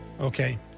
Okay